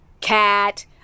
Cat